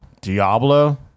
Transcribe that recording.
Diablo